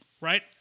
right